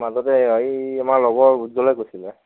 মাজতে এই আমাৰ লগৰ উজ্জ্বলে কৈছিলে